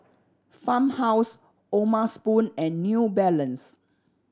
Farmhouse O'ma Spoon and New Balance